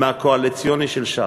מהכסף הקואליציוני של ש"ס,